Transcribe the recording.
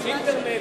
יש אינטרנט,